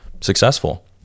successful